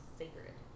sacred